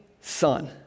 Son